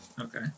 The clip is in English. Okay